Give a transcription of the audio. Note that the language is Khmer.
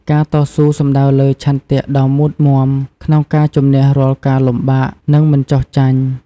ការតស៊ូសំដៅលើ ឆន្ទៈដ៏មុតមាំក្នុងការជម្នះរាល់ការលំបាក និងមិនចុះចាញ់។